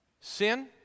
sin